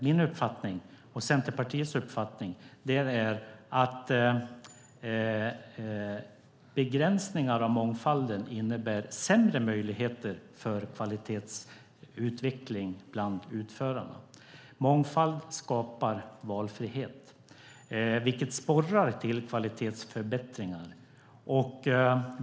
Min och Centerpartiets uppfattning är att begränsningar av mångfalden innebär sämre möjligheter för kvalitetsutveckling bland utförarna. Mångfald skapar valfrihet, vilket sporrar till kvalitetsförbättringar.